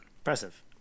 Impressive